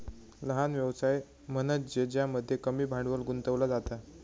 लहान व्यवसाय म्हनज्ये ज्यामध्ये कमी भांडवल गुंतवला जाता